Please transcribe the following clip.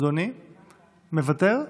אדוני מוותר?